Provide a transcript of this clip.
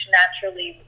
naturally